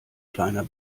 kleiner